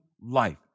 life